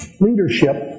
leadership